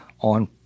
on